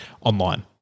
online